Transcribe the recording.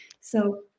So-